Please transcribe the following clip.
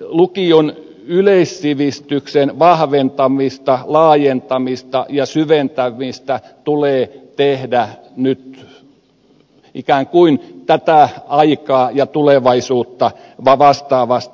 lukion yleissivistyksen vahventamista laajentamista ja syventämistä tulee tehdä nyt ikään kuin tätä aikaa ja tulevaisuutta vastaavasti